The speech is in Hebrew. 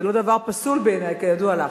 זה לא דבר פסול בעיני, כידוע לך.